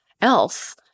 else